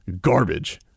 Garbage